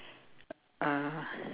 uh